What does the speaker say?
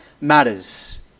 matters